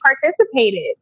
participated